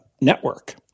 network